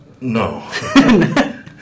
No